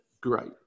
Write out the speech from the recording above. great